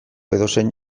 edozein